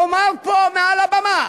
לומר פה מעל הבמה